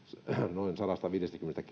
noin sadastaviidestäkymmenestä